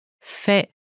Fait